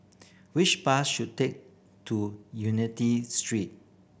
which bus should take to Unity Street